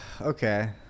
Okay